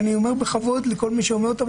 אני אומר בכבוד לכל מי שאומר אותה,